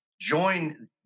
Join